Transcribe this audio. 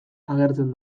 agertzen